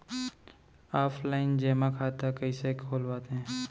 Offline जेमा खाता कइसे खोलवाथे?